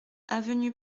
avenue